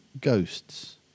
Ghosts